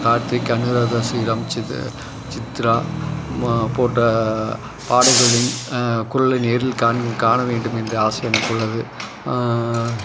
கார்த்திக் அனுராதா ஸ்ரீராம் சித் சித்ரா போன்ற பாடகர்களின் குரலை நேரில் காண்க காண வேண்டும் என்ற ஆசை எனக்கு உள்ளது